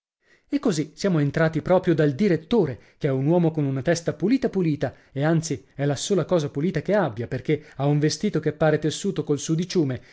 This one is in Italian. e cosi siamo entrati proprio dal direttore che è un uomo con una testa pulita pulita e anzi è la sola cosa pulita che abbia perché ha un vestito che pare tessuto col sudiciume